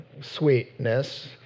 sweetness